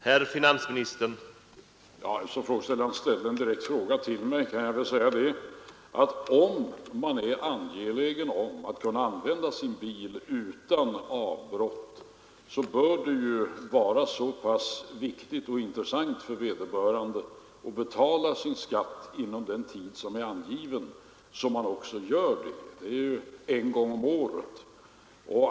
Herr talman! Eftersom frågeställaren riktade en direkt fråga till mig kan jag väl säga att om man är angelägen om att kunna använda sin bil utan avbrott, så bör det vara så pass viktigt och intressant för vederbörande att betala sin skatt inom den tid som är angiven att man också gör det — det är ju en gång om året.